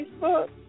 Facebook